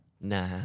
Nah